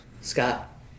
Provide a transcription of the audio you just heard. Scott